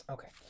Okay